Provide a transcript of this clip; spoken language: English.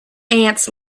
ants